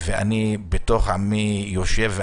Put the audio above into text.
אני בתוך עמי יושב,